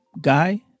guy